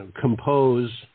compose